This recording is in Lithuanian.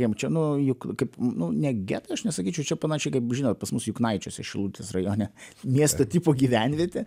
jiem čia nu juk kaip nu ne getai aš nesakyčiau čia panašiai kaip žinot pas mus juknaičiuose šilutės rajone miesto tipo gyvenvietė